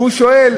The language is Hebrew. והוא שואל: